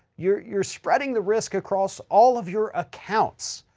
you're, you're spreading the risk across all of your accounts.